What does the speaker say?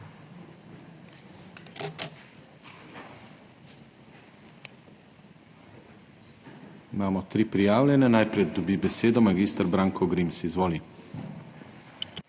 Imamo tri prijavljene. Najprej dobi besedo mag. Branko Grims. Izvoli.